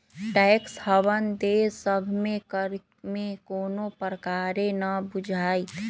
tax haven देश सभ में कर में कोनो प्रकारे न बुझाइत